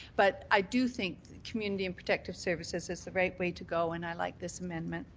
but i do think community and protective services is the right way to go and i like this amendment.